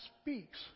speaks